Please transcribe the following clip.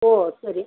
ஓ சரி